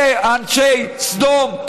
אלה אנשי סדום,